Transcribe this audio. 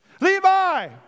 Levi